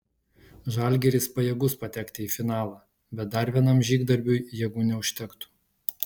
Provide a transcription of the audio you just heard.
žalgiris pajėgus patekti į finalą bet dar vienam žygdarbiui jėgų neužtektų